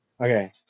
Okay